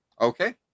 Okay